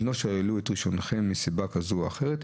אם לא שללו את רישיונכם מסיבה כזאת או אחרת,